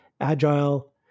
agile